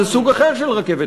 זה סוג אחר של רכבת.